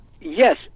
Yes